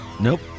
Nope